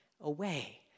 away